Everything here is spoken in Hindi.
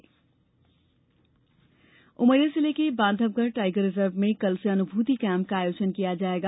अनुभूति कैम्प उमरिया जिले के बांधवगढ़ टाइगर रिजर्व में कल से अनुभूति केंप का आयोजन किया जाएगा